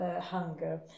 hunger